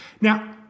Now